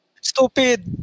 stupid